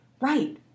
Right